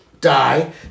die